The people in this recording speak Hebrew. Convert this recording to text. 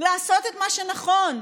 לעשות את מה שנכון.